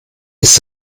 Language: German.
ist